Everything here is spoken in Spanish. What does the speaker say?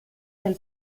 del